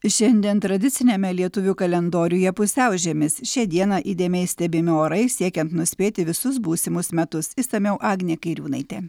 šiandien tradiciniame lietuvių kalendoriuje pusiaužiemis šią dieną įdėmiai stebimi orai siekiant nuspėti visus būsimus metus išsamiau agnė kairiūnaitė